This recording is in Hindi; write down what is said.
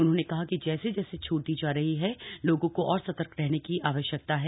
उन्होंने कहा कि जैसे जैसे छूट दी जा रही है लोगों को और सतर्क रहने की जरूरत है